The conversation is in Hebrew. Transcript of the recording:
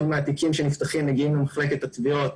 מהתיקים שנפתחים מגיעים למחלקת התביעות,